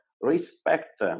respect